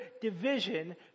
division